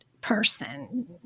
person